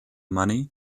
money